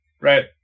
right